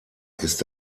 ist